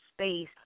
space